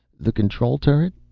the control turret?